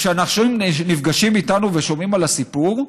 כשאנשים נפגשים איתנו ושומעים על הסיפור,